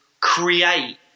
create